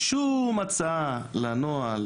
שום הצעה לנוהל